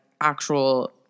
actual